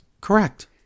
Correct